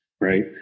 Right